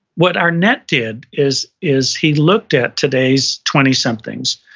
what arnett did is is he looked at today's twenty somethings.